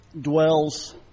dwells